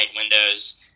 windows